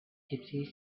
gypsies